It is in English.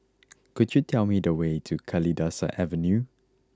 could you tell me the way to Kalidasa Avenue